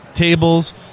Tables